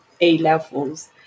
A-levels